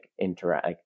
interact